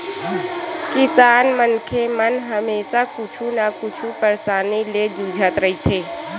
किसान मनखे मन हमेसा कुछु न कुछु परसानी ले जुझत रहिथे